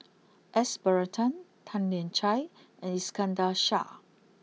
S Varathan Tan Lian Chye and Iskandar Shah